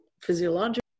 physiological